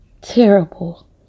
terrible